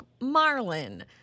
marlin